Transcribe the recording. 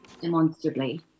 demonstrably